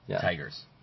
tigers